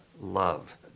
Love